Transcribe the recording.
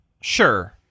sure